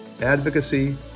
advocacy